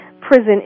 prison